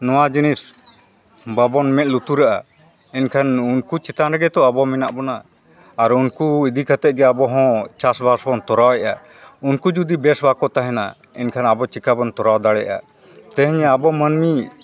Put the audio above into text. ᱱᱚᱣᱟ ᱡᱤᱱᱤᱥ ᱵᱟᱵᱚᱱ ᱢᱮᱫ ᱞᱩᱛᱩᱨᱟᱜᱼᱟ ᱮᱱᱠᱷᱟᱱ ᱩᱱᱠᱩ ᱪᱮᱛᱟᱱ ᱨᱮᱜᱮ ᱛᱚ ᱟᱵᱚ ᱢᱮᱱᱟᱜ ᱵᱚᱱᱟ ᱟᱨ ᱩᱱᱠᱩ ᱤᱫᱤ ᱠᱟᱛᱮ ᱜᱮ ᱟᱵᱚ ᱦᱚᱸ ᱪᱟᱥᱵᱟᱥ ᱵᱚᱱ ᱠᱚᱨᱟᱣᱮᱫᱼᱟ ᱩᱱᱠᱩ ᱡᱩᱫᱤ ᱵᱮᱥ ᱵᱟᱝᱠᱚ ᱛᱟᱦᱮᱱᱟ ᱮᱱᱠᱷᱟᱱ ᱟᱵᱚ ᱪᱤᱠᱟ ᱵᱚᱱ ᱛᱚᱨᱟᱣ ᱫᱟᱲᱮᱭᱟᱜᱼᱟ ᱛᱮᱦᱮᱧ ᱟᱵᱚ ᱢᱟᱹᱱᱢᱤ